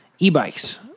e-bikes